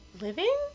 living